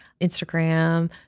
Instagram